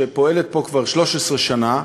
שפועלת פה כבר 13 שנה,